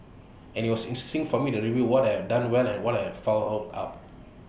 and IT was interesting for me to review what I had done well and what I had fouled up